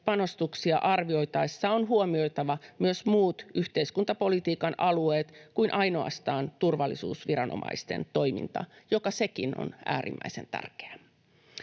panostuksia arvioitaessa on huomioitava myös muut yhteiskuntapolitiikan alueet kuin ainoastaan turvallisuusviranomaisten toiminta, joka sekin on äärimmäisen tärkeää.